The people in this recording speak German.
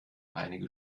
einige